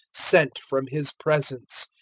sent from his presence.